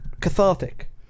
Cathartic